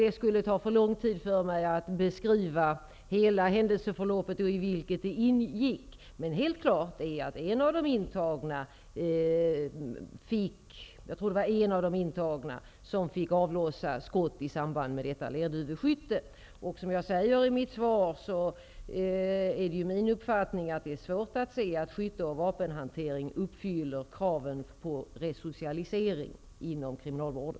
Det skulle ta för lång tid för mig att beskriva hela händelseförloppet i vilket detta ingick, men helt klart är att en av de intagna -- jag tror att det var en -- fick avlossa skott i samband med detta lerduveskytte. Som jag säger i mitt svar är det min uppfattning att det är svårt att se att skytte och vapenhantering uppfyller kraven på sådant som skall ingå i resocialisering inom kriminalvården.